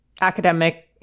academic